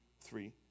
three